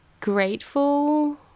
grateful